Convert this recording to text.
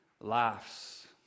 laughs